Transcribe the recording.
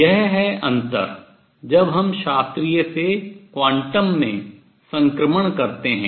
यह है अंतर जब हम शास्त्रीय से क्वांटम में संक्रमण करते हैं